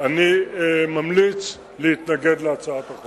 אני ממליץ להתנגד להצעת החוק.